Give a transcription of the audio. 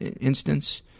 instance